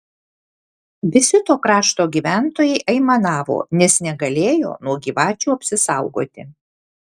visi to krašto gyventojai aimanavo nes negalėjo nuo gyvačių apsisaugoti